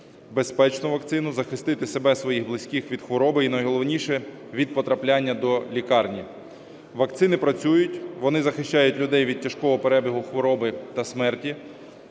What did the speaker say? отримати вакцину, захистити себе і своїх близьких від хвороби і найголовніше – від потрапляння до лікарні. Вакцини працюють, вони захищають людей від тяжкого перебігу хвороби та смерті.